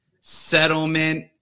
settlement